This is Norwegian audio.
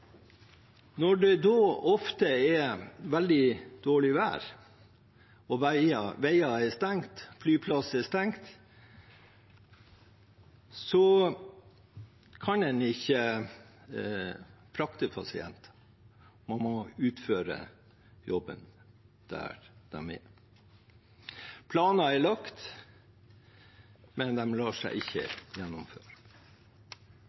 Når det da ofte er veldig dårlig vær, og veier er stengt, flyplasser er stengt, kan man ikke frakte pasienter. Man må utføre jobben der de er. Planer er lagt, men de lar seg